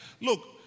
look